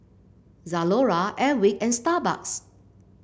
Zalora Airwick and Starbucks